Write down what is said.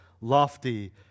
lofty